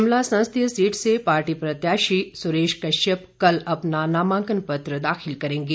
शिमला संसदीय सीट से पार्टी प्रत्याशी सुरेश कश्यप कल अपना नामांकन पत्र दाखिल करेंगे